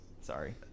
Sorry